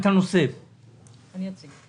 אני אציג.